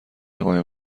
قایم